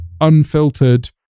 unfiltered